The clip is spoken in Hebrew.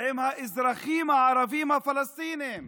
עם האזרחים הערבים הפלסטינים.